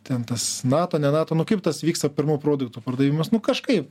ten tas nato ne nato nu kaip tas vyksta pirmų produktų pardavimas nu kažkaip